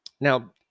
Now